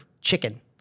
chicken